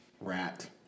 Rat